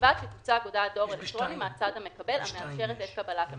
ובלבד שתוצג הודעת דואר אלקטרוני מהצד המקבל המאשרת את קבלת המסמך,